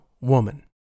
woman